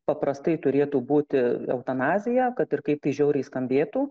paprastai turėtų būti eutanazija kad ir kaip tai žiauriai skambėtų